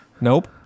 Nope